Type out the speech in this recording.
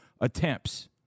attempts